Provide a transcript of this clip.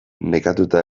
nekatuta